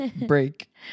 break